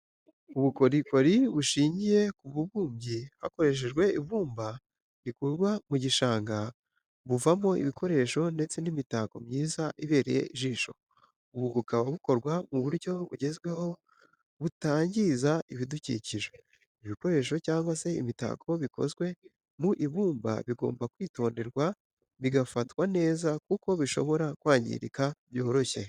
Ubukorikori bushingiye ku bubumbyi hakoreshejwe ibumba rikurwa mu gishanga buvamo ibikoresho ndetse n'imitako myiza ibereye ijisho, ubu bukaba bukorwa mu buryo bugezweho butangiza ibidukikije, ibikoresho cyangwa se imitako bikozwe mu ibumba bigomba kwitonderwa bigafatwa neza kuko bishobora kwangirika byoroshye